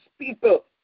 people